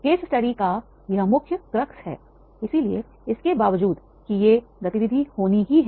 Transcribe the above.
case study का यह मुख्य क्रॉक्स है